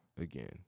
again